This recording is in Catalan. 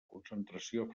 concentració